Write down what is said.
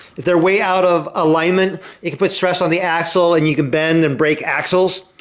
if they are way out of alignment it can put stress on the axle and you can bend and break axles